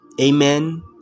Amen